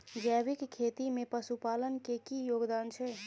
जैविक खेती में पशुपालन के की योगदान छै?